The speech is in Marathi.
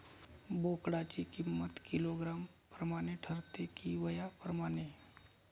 बोकडाची किंमत किलोग्रॅम प्रमाणे ठरते कि वयाप्रमाणे?